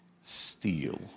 steal